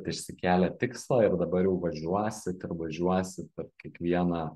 tai išsikėlę tikslą ir dabar jau važiuosit ir važiuosit kiekvieną